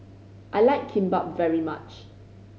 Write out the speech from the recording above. I like Kimbap very much